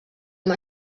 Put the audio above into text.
amb